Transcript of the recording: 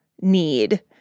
need